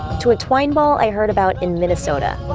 to a twine ball i heard about in minnesota